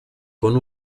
con